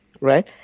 Right